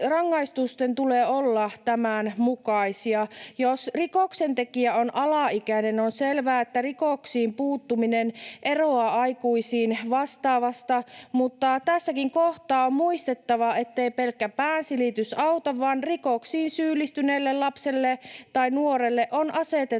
rangaistusten tulee olla tämän mukaisia. Jos rikoksentekijä on alaikäinen, on selvää, että rikoksiin puuttuminen eroaa aikuisten vastaavasta, mutta tässäkin kohtaa on muistettava, ettei pelkkä päänsilitys auta, vaan rikoksiin syyllistyneelle lapselle tai nuorelle on asetettava